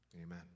Amen